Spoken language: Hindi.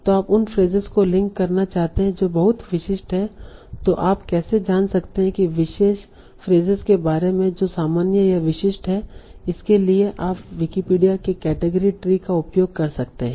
तो आप उन फ्रेसेस को लिंक करना चाहते हैं जो बहुत विशिष्ट हैं तों आप कैसे जान सकते हैं कि विशेष फ्रेसेस के बारे में जो सामान्य या विशिष्ट है इसके लिए आप विकिपीडिया के केटेगरी ट्री का उपयोग कर सकते हैं